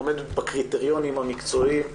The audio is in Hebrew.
עומדת בקריטריונים המקצועיים?